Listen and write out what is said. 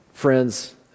Friends